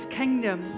kingdom